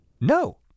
No